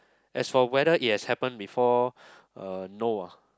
as for whether it has happened before uh no ah